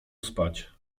spać